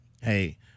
hey